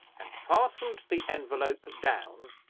and fastened the envelope down,